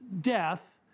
death